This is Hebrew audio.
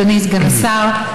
אדוני סגן השר,